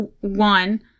one